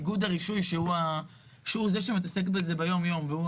איגוד הרישוי שהוא זה שמתעסק בזה ביום יום והוא